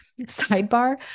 Sidebar